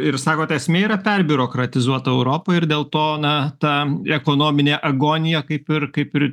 ir sakot esmė yra perbiurokratizuota europa ir dėl to na ta ekonominė agonija kaip ir kaip ir